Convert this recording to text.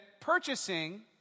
purchasing